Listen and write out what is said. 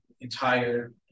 entire